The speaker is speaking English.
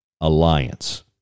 Alliance